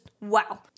wow